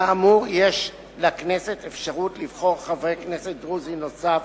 כאמור, יש לכנסת אפשרות לבחור חבר כנסת דרוזי נוסף